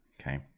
okay